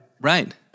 Right